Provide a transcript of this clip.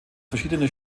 verschiedene